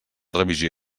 revisió